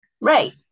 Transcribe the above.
Right